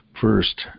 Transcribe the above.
first